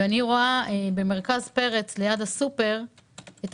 ואני רואה במרכז פרץ ליד הסופרמרקט את